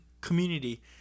community